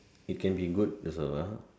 it can be good also lah